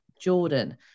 Jordan